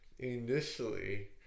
Initially